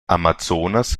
amazonas